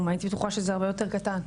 הייתי בטוחה שהוא הרבה יותר קטן,